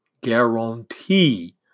guarantee